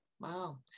Wow